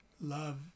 love